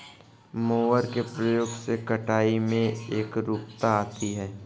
mower के प्रयोग से कटाई में एकरूपता आती है